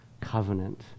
covenant